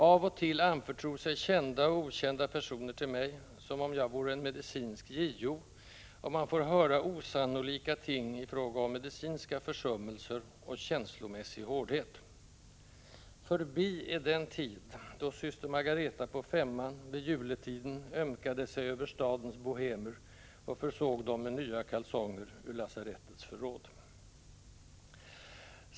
Av och till anförtror sig kända och okända personer till mig som om jag vore en medicinsk JO, och man får höra osannolika ting i fråga om medicinska försummelser och känslomässig hårdhet. Förbi är den tid då syster Margareta på 5:an vid juletiden ömkade sig över stadens bohemer och försåg dem med nya kalsonger ur lasarettets förråd.